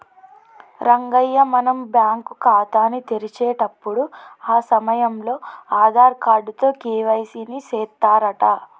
రంగయ్య మనం బ్యాంకు ఖాతాని తెరిచేటప్పుడు ఆ సమయంలో ఆధార్ కార్డు తో కే.వై.సి ని సెత్తారంట